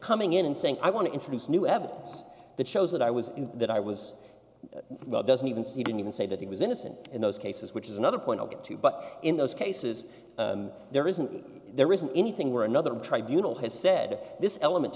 coming in and saying i want to introduce new evidence that shows that i was in that i was doesn't even see didn't even say that he was innocent in those cases which is another point i'll get to but in those cases there isn't there isn't anything where another tribunals has said this element